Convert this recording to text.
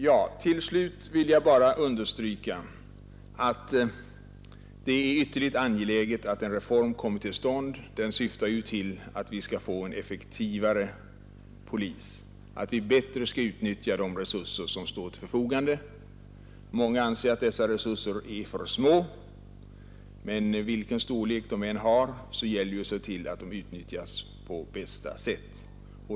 Slutligen vill jag understryka att det är ytterligt angeläget att den nu aktuella polisdistriktsreformen kommer till stånd. Den syftar till att vi skall få en effektivare polis och att vi bättre skall utnyttja de resurser som står till förfogande. Många anser visserligen att dessa resurser är för små, men vilken storlek de än har gäller det att se till att de utnyttjas på bästa sätt.